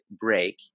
break